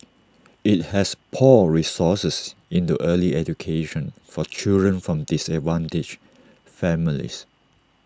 IT has poured resources into early education for children from disadvantaged families